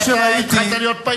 אתה התחלת להיות פעיל מאוד.